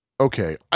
Okay